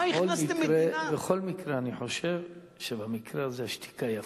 בכל מקרה אני חושב, שבמקרה הזה השתיקה יפה.